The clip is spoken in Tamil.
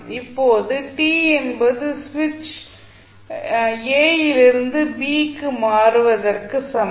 இப்போது t என்பது ஸ்விட்ச் இலிருந்து b க்கு மாறுவதற்கு சமம்